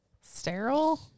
sterile